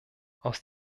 aus